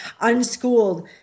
unschooled